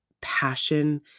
passion